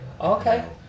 Okay